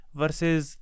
versus